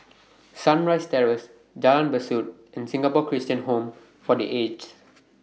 Sunrise Terrace Jalan Besut and Singapore Christian Home For The Aged